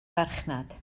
farchnad